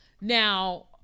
Now